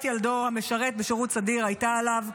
ילדו המשרת בשירות סדיר הייתה עליו,